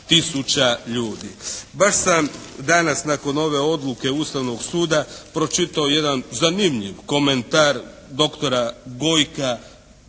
Baš sam danas nakon ove odluke Ustavnog suda pročitao jedan zanimljiv komentar doktora Gojka